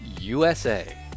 USA